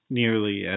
nearly